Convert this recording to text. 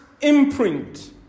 imprint